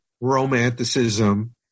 romanticism